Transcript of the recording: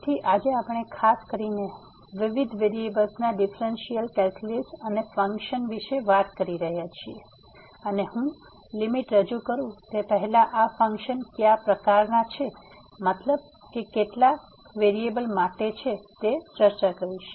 તેથી આજે આપણે ખાસ કરીને હવે વિવિધ વેરીએબલ્સના ડીફ્રેનસીઅલ કેલ્ક્યુલસ અને ફંકશન્સ વિશે વાત કરી રહ્યા છીએ અને હું લીમીટ રજૂ કરું તે પહેલા આ ફંક્શન કયા પ્રકારના છે મતલબ કે કેટલાક વેરીએબલ્સ માટે તે ચર્ચા કરીશ